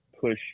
push